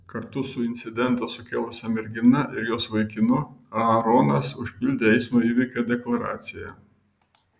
kartu su incidentą sukėlusia mergina ir jos vaikinu aaronas užpildė eismo įvykio deklaraciją